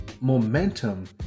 momentum